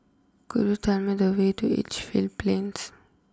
could you tell me the way to Edgefield Plains